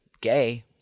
gay